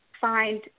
find